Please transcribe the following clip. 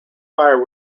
fire